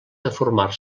deformar